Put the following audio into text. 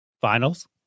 Finals